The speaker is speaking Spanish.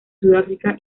sudáfrica